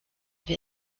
wir